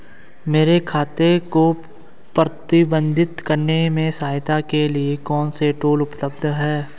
मेरे खाते को प्रबंधित करने में सहायता के लिए कौन से टूल उपलब्ध हैं?